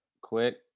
quick